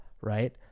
right